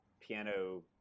piano